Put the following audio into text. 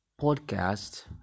podcast